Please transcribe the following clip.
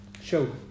show